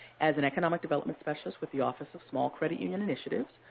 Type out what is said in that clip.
as an economic development specialist with the office of small credit union initiatives.